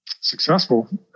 successful